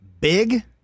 big